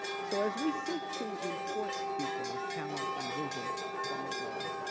so as we seek to import people of talent and vision from abroad,